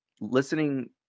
listening